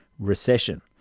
recession